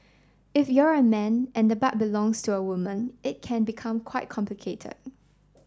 if you're a man and the butt belongs to a woman it can become quite complicated